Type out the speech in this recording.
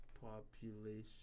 population